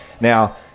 now